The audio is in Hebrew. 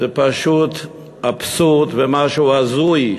זה פשוט אבסורד ומשהו הזוי.